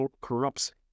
corrupts